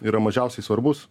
yra mažiausiai svarbus